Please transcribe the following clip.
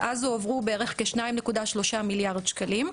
אז הועברו בערך כ-2.3 מיליארד שקלים.